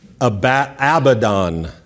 Abaddon